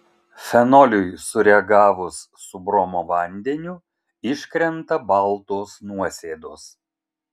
fenoliui sureagavus su bromo vandeniu iškrenta baltos nuosėdos